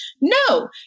no